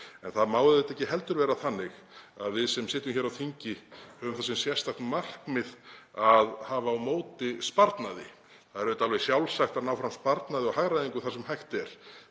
En það má auðvitað ekki heldur vera þannig að við sem sitjum á þingi höfum það sem sérstakt markmið að vera á móti sparnaði. Það er alveg sjálfsagt að ná fram sparnaði og hagræðingu þar sem hægt er.